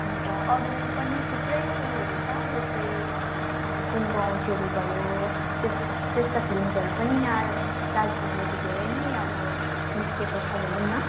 अन्त अरू पनि थुप्रै उयोहरू छ जस्तै सुनको औँठीहरू भयो त्यस्ता फिल्मसहरू पनि यहाँ दार्जिलिङबाट धेरै नै अब निस्केको छ भनौँ न